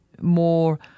more